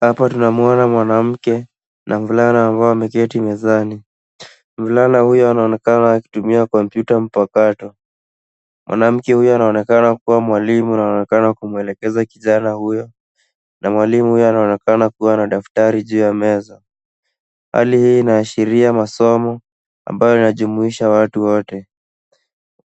Hapa tunamwona mwanamke na mvulana ambao wameketi mezani. Mvulana huyo anaonekana akitumia komputa mpakato. Mwanamke huyo anaonekana kuwa mwalimu anaonekana kumwelekeza kijana huyo na mwalimu huyo anaonekana kuwa na daftari juu ya meza. Hali hii inaashiria masomo ambayo inajumuisha watu wote.